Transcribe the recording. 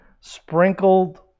sprinkled